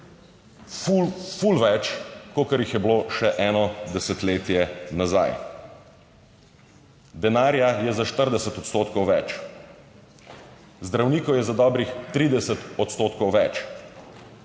ful več kakor jih je bilo še eno desetletje nazaj, denarja je za 40 odstotkov več, zdravnikov je za dobrih 30 odstotkov več,